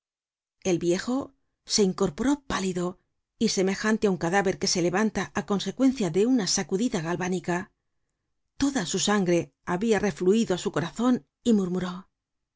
el viejo se incorporó pálido y semejante á un cadáver que se levanta á consecuncia de una sacudida galvánica toda su sangre habia refluido á su corazon y murmuró